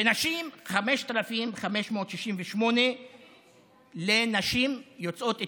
ונשים 5,568 ש"ח לנשים יוצאות אתיופיה,